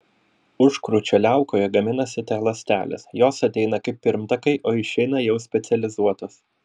užkrūčio liaukoje gaminasi t ląstelės jos ateina kaip pirmtakai o išeina jau specializuotos